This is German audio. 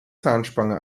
zahnspange